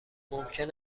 ممکن